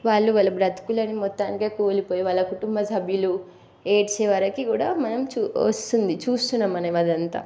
వాళ్ళు వాళ్ళ బ్రతుకులను మొత్తానికే కోల్పోయి వాళ్ళ కుటుంబ సభ్యులు ఏడ్చేవరకు కూడా మనం చూ వస్తుంది చూస్తున్నాం మనం అదంతా